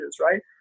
right